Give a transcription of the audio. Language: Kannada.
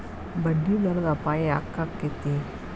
ಬಡ್ಡಿದರದ್ ಅಪಾಯ ಯಾಕಾಕ್ಕೇತಿ?